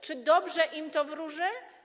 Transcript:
Czy dobrze im to wróży?